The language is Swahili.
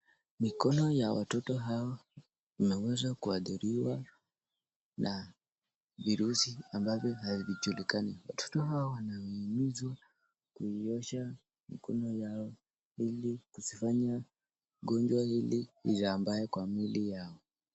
Mikono ya watoto hawa imeweza kuathiriwa na virusi ambavyo havijulikani. Watoto hawa wanahimizwa kuiosha mikono yao ili kuzifanya gonjwa hili lisambae kwa mili yao.